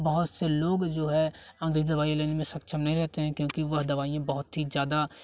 बहुत से लोग जो है अंग्रेजी दवाई लेने में सक्षम नहीं रहते हैं क्योंकि वह दवाइयाँ बहुत ही ज्यादा